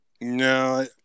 No